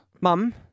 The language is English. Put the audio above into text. mum